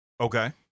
Okay